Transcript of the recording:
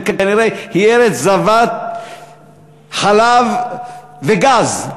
שכנראה היא ארץ זבת חלב וגז,